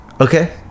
Okay